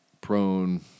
prone